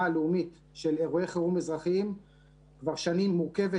הלאומית של אירועי חירום אזרחיים כבר שנים מורכבת,